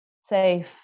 safe